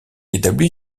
établie